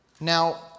Now